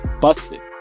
Busted